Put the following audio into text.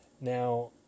Now